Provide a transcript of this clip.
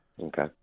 Okay